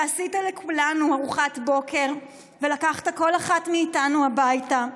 עשית לכולנו ארוחת בוקר ולקחת כל אחת מאיתנו הביתה.